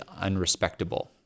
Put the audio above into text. unrespectable